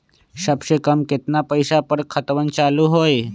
सबसे कम केतना पईसा पर खतवन चालु होई?